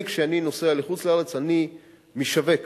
אני, כשאני נוסע לחוץ-לארץ, אני משווק